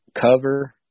cover